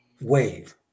wave